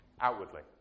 Outwardly